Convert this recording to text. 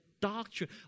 doctrine